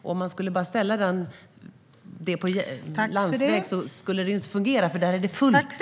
Det skulle inte fungera om vi ställde om denna trafik till landsväg, för där är det fullt.